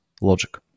logic